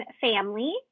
family